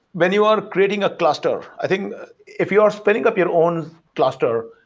when you are creating a cluster i think if you are spinning up your own cluster,